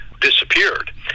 disappeared